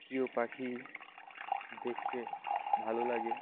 প্রিয় পাখি দেখতে ভালো লাগে